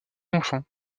enfants